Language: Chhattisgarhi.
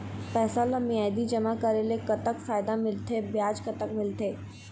पैसा ला मियादी जमा करेले, कतक फायदा मिलथे, ब्याज कतक मिलथे?